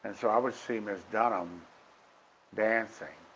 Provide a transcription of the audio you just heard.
and so i would see miss dunham dancing,